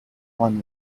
won